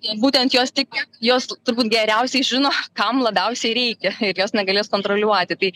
būtent jos tik jos turbūt geriausiai žino kam labiausiai reikia ir jos negalės kontroliuoti tai